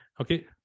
okay